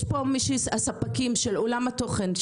יש פה ספקים של עולם התוכן,